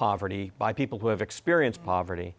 poverty by people who have experience poverty